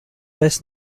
best